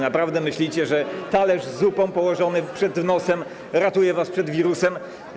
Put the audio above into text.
Naprawdę myślicie, że talerz z zupą położony przed nosem ratuje was przed wirusem?